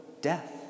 death